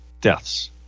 deaths